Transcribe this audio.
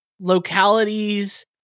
localities